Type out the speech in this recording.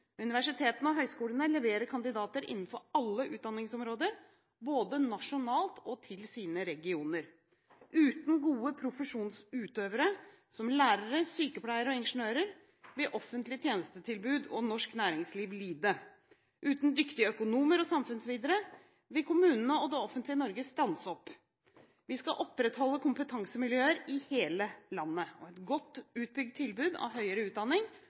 Universitetene og høyskolene leverer kandidater innenfor alle utdanningsområder både nasjonalt og til sine regioner. Uten gode profesjonsutøvere, som lærere, sykepleiere og ingeniører, vil offentlig tjenestetilbud og norsk næringsliv lide. Uten dyktige økonomer og samfunnsvitere vil kommunene og det offentlige Norge stanse opp. Vi skal opprettholde kompetansemiljøer i hele landet. Et godt utbygd tilbud av høyere utdanning